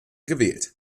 gewählt